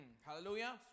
Hallelujah